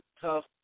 tough